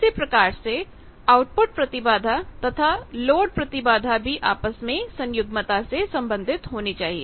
इसी प्रकार से आउटपुट प्रतिबाधा तथा लोड प्रतिबाधा भी आपस में सन्युग्मता से संबंधित होनी चाहिए